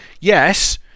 yes